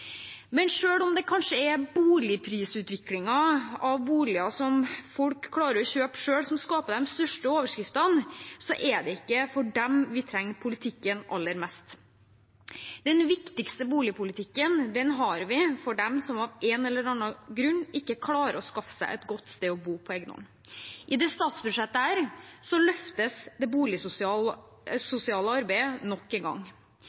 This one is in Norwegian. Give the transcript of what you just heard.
Men selv om det kanskje er prisutviklingen på boliger som folk klarer å kjøpe selv, som skaper de største overskriftene, er det ikke for dem vi trenger politikken aller mest. Den viktigste boligpolitikken har vi for dem som av en eller annen grunn ikke klarer å skaffe seg et godt sted å bo på egen hånd. I dette statsbudsjettet løftes det boligsosiale arbeidet nok en gang.